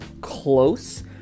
close